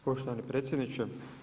Poštovani predsjedniče.